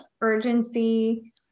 urgency